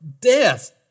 death